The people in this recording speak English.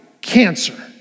cancer